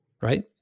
right